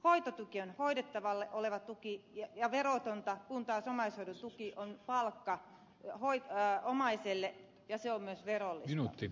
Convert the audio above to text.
hoitotuki on hoidettavalle oleva tuki ja verotonta kun taas omaishoidon tuki on palkka omaiselle ja se on myös verollista